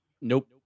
Nope